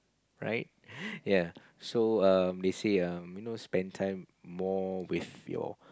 right yea so um they say um you know spend time more with your